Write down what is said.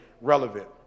relevant